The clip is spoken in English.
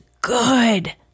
good